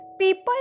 people